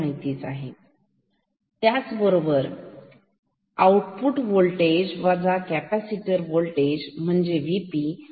आपल्याला हे माहित आहे त्याच बरोबर V o - Vc V P 0